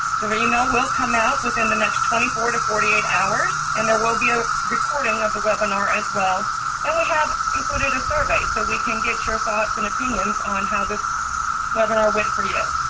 the but email will come out within the next twenty four to forty eight hours and there will be a recording of the webinar as well and we have included a survey so we can get your thoughts and opinions on how this webinar went for you.